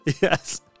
Yes